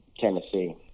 Tennessee